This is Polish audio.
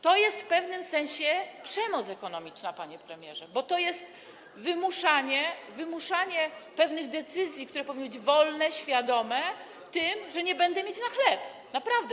To jest w pewnym sensie przemoc ekonomiczna, panie premierze, bo to jest wymuszanie pewnych decyzji, które powinny być wolne, świadome, tym, że nie będę mieć na chleb, naprawdę.